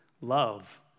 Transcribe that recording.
love